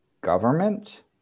government